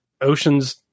Ocean's